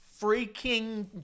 freaking